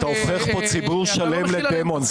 אתה הופך פה ציבור שלם לדמון,